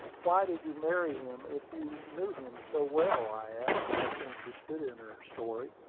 why did you marry him if you knew him so well? i asked, much interested in her story.